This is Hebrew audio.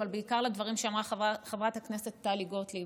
אבל בעיקר לדברים שאמרה חברת הכנסת טלי גוטליב.